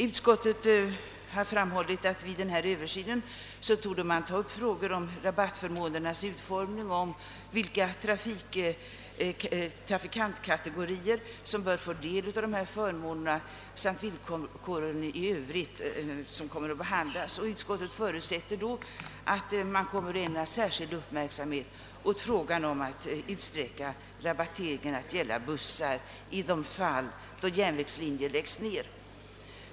Utskottet har framhållit att vid denna översyn »torde frågor om rabattförmånernas utformning, om vilka trafikantkategorier, som bör få del av dessa förmåner, samt villkoren i övrigt komma att behandlas». Utskottet förutsätter att särskild uppmärksamhet kommer att ägnas frågan om utsträckning av rabatteringen till att gälla bussar i de fall då järnvägslinjer läggs ned.